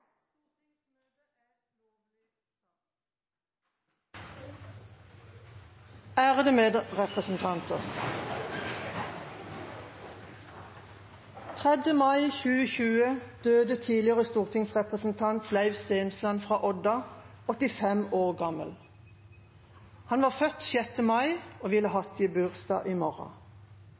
Ærede medrepresentanter! Den 3. mai 2020 døde tidligere stortingsrepresentant Leiv Stensland fra Odda, 85 år gammel. Han var født 6. mai og ville hatt gebursdag i